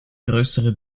größere